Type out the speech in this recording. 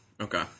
Okay